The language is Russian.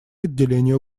отделению